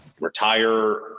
retire